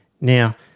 Now